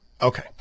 okay